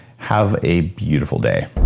have a beautiful day